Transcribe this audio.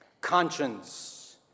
conscience